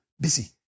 busy